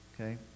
okay